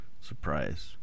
surprise